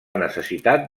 necessitat